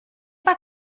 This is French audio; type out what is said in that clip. pas